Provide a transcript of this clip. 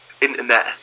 internet